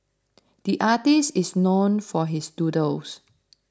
the artist is known for his doodles